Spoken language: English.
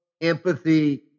empathy